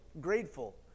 grateful